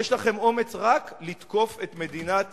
יש לכם אומץ רק לתקוף את מדינת